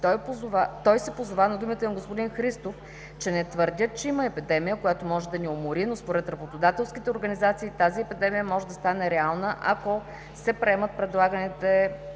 Той се позова на думите на господин Христов, че не твърдят, че има епидемия, която може да ни умори, но според работодателските организации тази епидемия може да стане реална, ако се приемат предлаганите